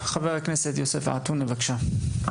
חבר הכנסת יוסף עטאונה, בבקשה.